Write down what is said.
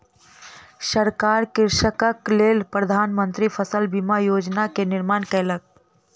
सरकार कृषकक लेल प्रधान मंत्री फसल बीमा योजना के निर्माण कयलक